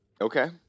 Okay